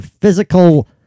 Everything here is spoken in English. physical